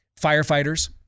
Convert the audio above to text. firefighters